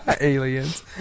Aliens